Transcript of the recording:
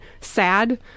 sad